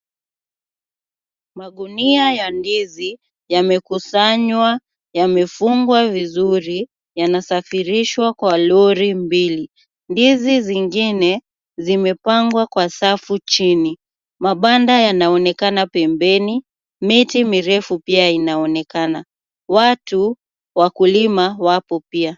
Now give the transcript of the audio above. Magunia ya ndizi yamekusanywa, yamefungwa vizuri yanasafirishwa kwa lori mbili. Ndizi zingine zimewekwa kwa safu chini. Mabanda yanaonekana pembeni, miti mirefu pia inaonekana. Watu wakulima wapo pia.